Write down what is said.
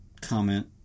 comment